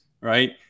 right